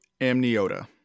Amniota